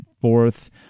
fourth